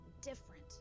different